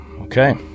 Okay